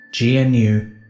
GNU